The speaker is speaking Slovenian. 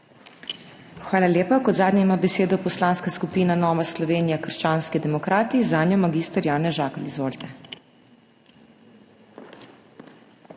Hvala lepa. Kot zadnji ima besedo Poslanska skupina Nova Slovenija – Krščanski demokrati, zanjo mag. Janez Žakelj. Izvolite.